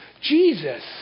Jesus